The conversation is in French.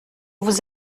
vous